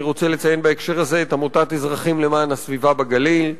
אני רוצה לציין בהקשר הזה את עמותת "אזרחים למען הסביבה בגליל".